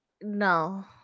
No